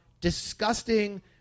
Disgusting